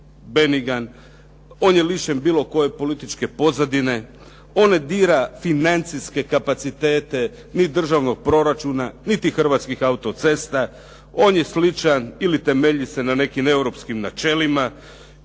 benigan, on je lišen bilo koje političke pozadine, on ne dira financijske kapacitete ni državnog proračuna niti Hrvatskih autocesta. On je sličan ili temelji se na nekim europskim načelima